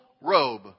robe